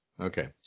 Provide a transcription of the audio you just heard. Okay